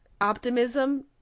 optimism